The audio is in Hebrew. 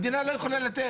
המדינה לא יכולה לתת?